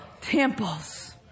temples